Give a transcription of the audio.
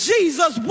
Jesus